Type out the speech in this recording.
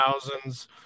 thousands